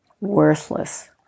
Worthless